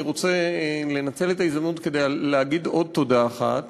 אני רוצה לנצל את ההזדמנות כדי להגיד עוד תודה אחת,